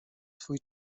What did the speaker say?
swój